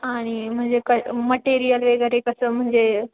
आणि म्हणजे क मटेरियल वगैरे कसं म्हणजे